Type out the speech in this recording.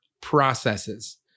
processes